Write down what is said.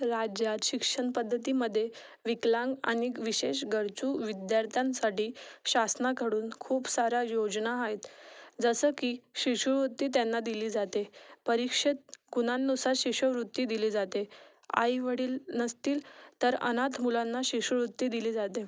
राज्यात शिक्षणपद्धतीमध्ये विकलांग आणि विशेष गरजू विद्यार्थ्यांसाठी शासनाकडून खूप साऱ्या योजना आहेत जसं की शिष्यवृत्ती त्यांना दिली जाते परीक्षेत गुणांनुसार शिष्यवृत्ती दिली जाते आईवडील नसतील तर अनाथ मुलांना शिष्यवृत्ती दिली जाते